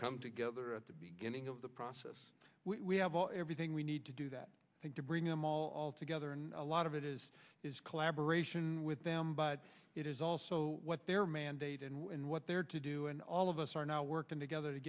come together at the beginning of the process we have all everything we need to do that to bring them all together and a lot of it is collaboration with them but it is also what their mandate and what they are to do and all of us are now working together to